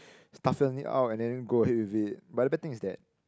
toughen it out and then go ahead with it but the bad thing is that